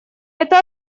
это